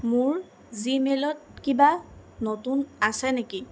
মোৰ জিমেইলত কিবা নতুন আছে নেকি